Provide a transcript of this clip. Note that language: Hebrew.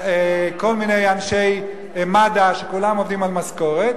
כל מיני אנשי מד"א, שכולם עובדים במשכורת,